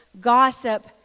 gossip